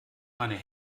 meine